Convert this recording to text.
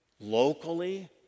locally